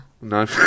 No